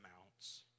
amounts